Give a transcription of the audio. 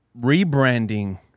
rebranding